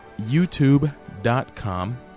youtube.com